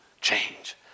change